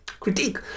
critique